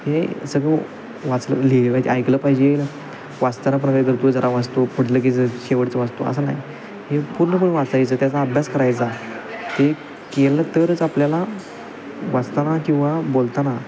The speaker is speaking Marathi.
हे सगळं वाचलं ऐकलं पाहिजे वाचताना आपण काय करतो जरा वाचतो पुढचं की जर शेवटचं वाचतो असं नाही हे पूर्णपण वाचायचं त्याचा अभ्यास करायचा ते केलं तरच आपल्याला वाचताना किंवा बोलताना